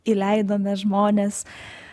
įleidome žmones